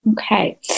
Okay